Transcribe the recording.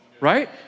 right